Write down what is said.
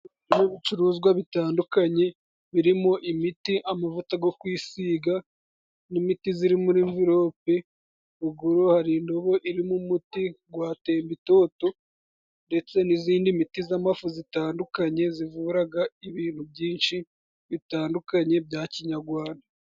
Mu bicuruzwa bitandukanye birimo imiti, amavuta go kwisiga n'imiti ziri muri nvelope, ruguru hari indobo irimo umuti gwa Temba itoto, ndetse n'izindi miti z'amafui zitandukanye zivuraga ibintu byinshi bitandukanye bya kinyagwanda.